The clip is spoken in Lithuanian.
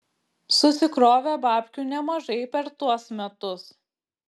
susikrovė babkių nemažai per tuos metus